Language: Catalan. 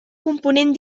component